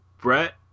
Brett